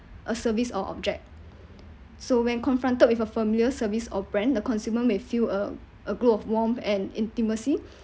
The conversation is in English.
a service or object so when confronted with a familiar service of brand the consumer may feel uh a group of warmth and intimacy